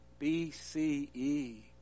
BCE